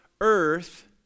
earth